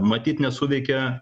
matyt nesuveikia